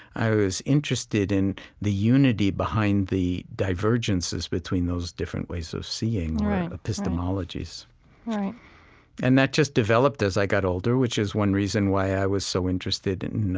i was interested in the unity behind the divergences between those different ways of seeing epistemologies right and that just developed as i got older, which is one reason why i was so interested in